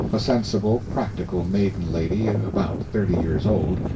a sensible, practical maiden lady about thirty years old,